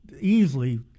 easily